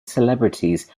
celebrities